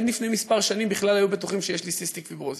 עד לפני כמה שנים בכלל היו בטוחים שיש לי סיסטיק פיברוזיס.